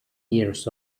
years